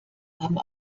haben